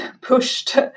pushed